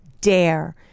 dare